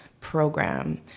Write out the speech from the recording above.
program